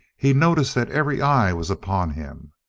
he noticed that every eye was upon him,